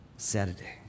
Saturday